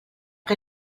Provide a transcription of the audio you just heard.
que